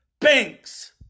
banks